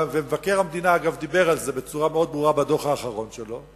ומבקר המדינה דיבר על זה בצורה מאוד ברורה בדוח האחרון שלו,